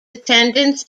attendance